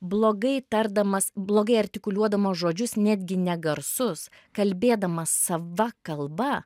blogai tardamas blogai artikuliuodamas žodžius netgi negarsus kalbėdamas sava kalba